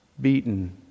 beaten